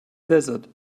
desert